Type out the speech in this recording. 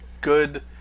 good